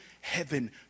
heaven